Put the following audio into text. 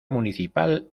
municipal